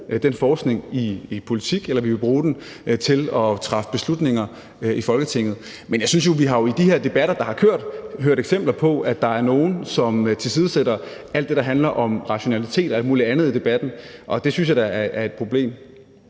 den forskning i politik, eller vi vil bruge den til at træffe beslutninger i Folketinget. Men jeg synes jo, at vi i de her debatter, der har kørt, har hørt eksempler på, at der er nogle, der tilsidesætter alt det, der handler om rationalitet og al muligt andet, i debatten, og det synes jeg da er et problem.